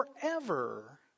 forever